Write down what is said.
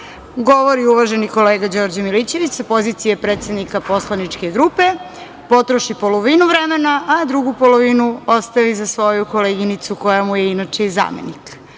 govori uvaženi kolega Đorđe Milićević sa pozicije predsednika poslaničke grupe, potroši polovinu vremena, a drugu polovinu ostavi za svoju koleginicu, koja mu je inače i zamenik.